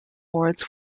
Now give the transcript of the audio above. awards